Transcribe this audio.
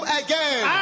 again